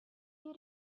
you